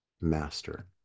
master